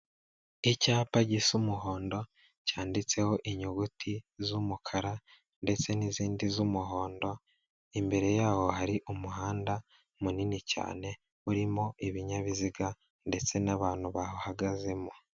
Icyapa gisa umuhondo cyanditseho inyuguti z'umukara ndetse n'izindi z'umuhondo, imbere yawo hari umuhanda munini cyane, urimo ibinyabiziga ndetse n'abantu bahagazemo.